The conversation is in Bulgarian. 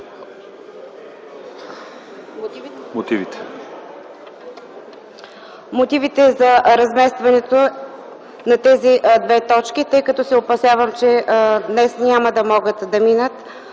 Мотивите за разместването на тези две точки са следните: тъй като се опасявам, че днес няма да могат да минат,